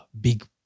big